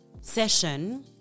session